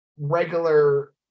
regular